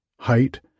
height